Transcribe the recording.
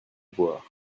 voir